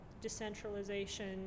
decentralization